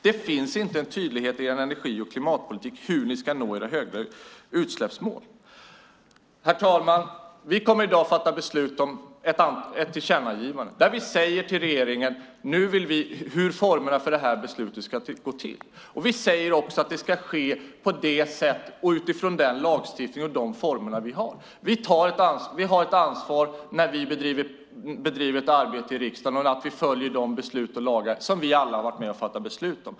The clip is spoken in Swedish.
Det finns inte en tydlighet i er energi och klimatpolitik om hur ni ska nå era höga utsläppsmål. Herr talman! Vi kommer i dag att fatta beslut om ett tillkännagivande där vi säger till regeringen i vilka former detta beslut ska ske. Vi säger också att det ska ske utifrån den lagstiftning som vi har. Vi har ett ansvar när vi bedriver ett arbete i riksdagen att vi följer de beslut och lagar som vi alla har varit med och fattat beslut om.